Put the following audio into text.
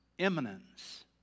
eminence